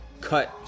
cut